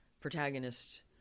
Protagonist